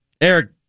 Eric